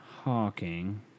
Hawking